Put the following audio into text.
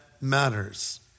matters